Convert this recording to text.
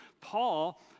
Paul